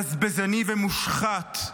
בזבזני ומושחת,